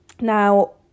Now